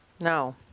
No